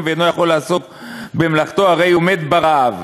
ואינו יכול לעסוק במלאכתו הרי הוא מת ברעב,